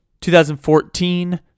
2014